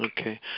Okay